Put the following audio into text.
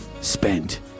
spent